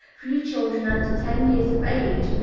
few children under ten years of age,